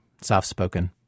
soft-spoken